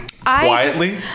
quietly